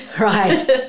Right